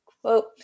quote